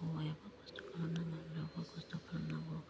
हौवायाबो खस्थ' खालामनांगौ हिनजावाबो खस्थ' खालामनांगौ